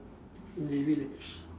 David relax